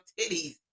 titties